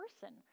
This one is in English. person